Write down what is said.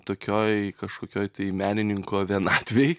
tokioj kažkokioj tai menininko vienatvėj